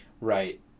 Right